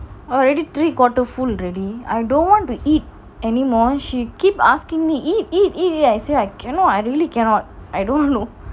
already three quarter full already I don't want to eat anymore she keep asking me eat eat already said I cannot I really cannot I don't know